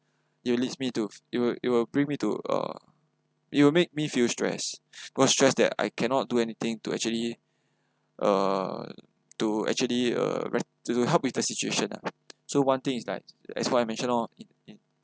it'll leads me to it will it will bring me to uh it will make me feel stress was stressed that I cannot do anything to actually uh to actually uh to to help with the situation lah so one thing is like as what I mentioned lor in in